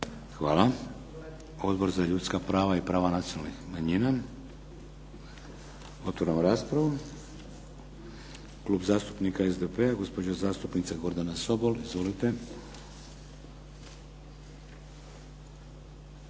Hvala. Odbor za ljudska prava i prava nacionalnih manjina. Otvaram raspravu. Klub zastupnika SDP-a, gospođa zastupnica Gordana Sobol. Izvolite.